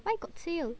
why got sale